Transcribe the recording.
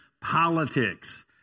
politics